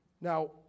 Now